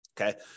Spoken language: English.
Okay